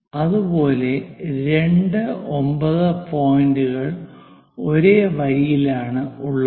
അതുപോലെ 2 9 പോയിന്റുകൾ ഒരേ വരിയിലാണ് ഉള്ളത്